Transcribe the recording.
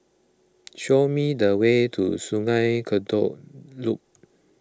show me the way to Sungei Kadut Loop